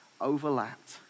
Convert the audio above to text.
overlapped